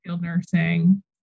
nursing